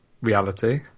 reality